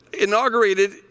inaugurated